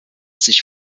sich